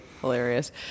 hilarious